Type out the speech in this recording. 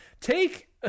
take